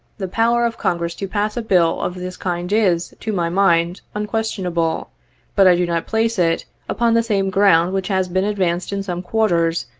the power of congress to pass a bill of this kind is, to my mind, unquestionable but i do not place it upon the same ground which has been advanced in some quarters,